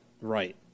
right